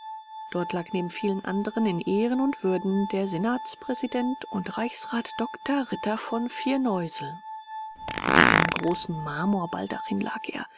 dort lag neben vielen anderen in ehren und würden der senatspräsident und reichsrat dr ritter von firneusel unter einem großen marmorbaldachin lag er